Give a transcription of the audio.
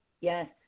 Yes